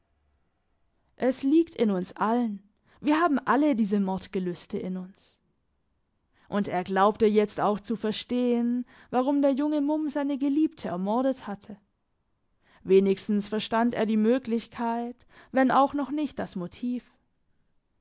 es liegt in uns allen wir haben alle diese mordgelüste in uns und er glaubte jetzt auch zu verstehen warum der junge mumm seine geliebte ermordet hatte wenigstens verstand er die möglichkeit wenn auch noch nicht das motiv